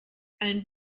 ein